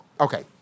Okay